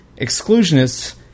exclusionists